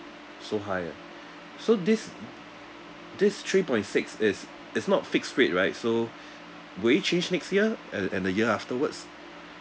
so high ah so this this three point six is is not fixed rate right so will it change next year uh and the year afterwards